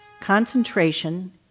concentration